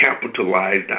capitalized